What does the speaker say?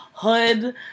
hood